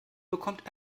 bekommt